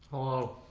o